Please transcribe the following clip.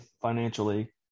financially